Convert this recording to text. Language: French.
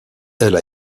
elle